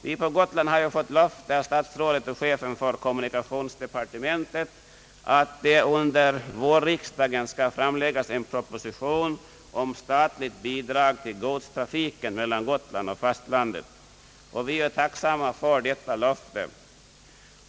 Vi på Gotland har fått löfte av herr statsrådet och chefen för kommunikationsdepartementet att det under vårriksdagen skall framläggas en proposition om statligt bidrag till godstrafiken mellan Gotland och fastlandet, och vi är tacksamma för detta löfte.